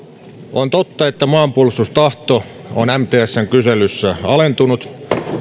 on totta että maanpuolustustahto on mtsn kyselyssä alentunut